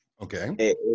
Okay